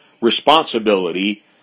responsibility